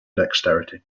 dexterity